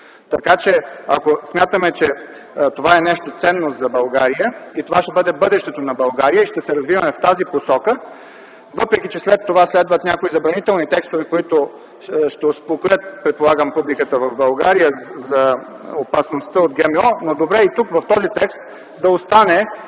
Така че, ако смятаме, че това е нещо ценно за България и това ще бъде бъдещето на България, и ще се развиваме в тази посока, въпреки че след това следват някои забранителни текстове, които ще успокоят, предполагам, публиката в България за опасността от ГМО, но е добре и тук, в този текст, да остане